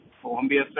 Columbia